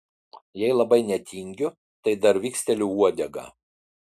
jei labai netingiu tai dar viksteliu uodega